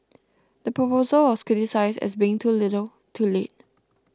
the proposal was criticised as being too little too late